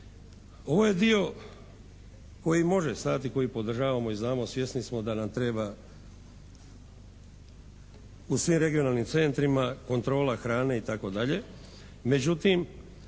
Ovo je dio koji može stajati, koji podržavamo i znamo, svjesni smo da nam treba u svim regionalnim centrima kontrola hrane itd.,